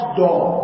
door